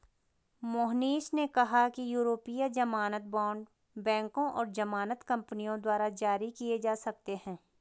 मोहनीश ने कहा कि यूरोपीय ज़मानत बॉण्ड बैंकों और ज़मानत कंपनियों द्वारा जारी किए जा सकते हैं